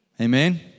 Amen